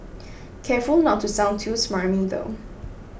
careful not to sound too smarmy though